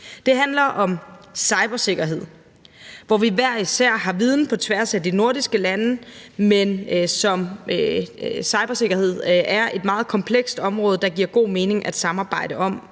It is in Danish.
Det handler om cybersikkerhed, hvor vi hver især har viden på tværs af de nordiske lande. Cybersikkerhed er et meget komplekst område, der giver god mening at samarbejde om,